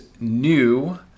new